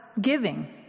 giving